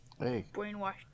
brainwashed